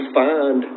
find